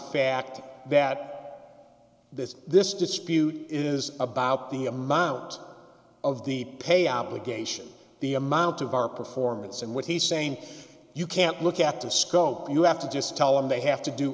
fact that this this dispute is about the amount of the pay obligation the amount of our performance and what he's saying you can't look at the scope you have to just tell him they have to do